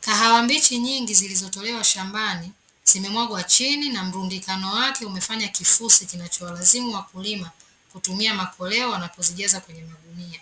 Kahawa mbichi nyingi zilizotolewa shambani zimemwaga chini na mlundikano wake umefanya kifusi kinachowalazimu wakulima kutumia makoleo na kuzijaza kwenye magunia,